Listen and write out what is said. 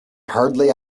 hardly